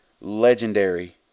legendary